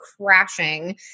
crashing